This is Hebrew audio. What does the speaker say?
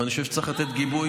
אבל אני חושב שצריך לתת גיבוי,